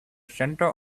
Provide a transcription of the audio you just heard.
center